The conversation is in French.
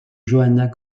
johanna